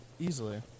easily